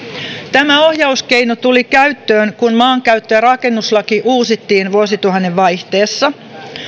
tämä ohjauskeino tuli käyttöön kun maankäyttö ja rakennuslaki uusittiin vuosituhannen vaihteessa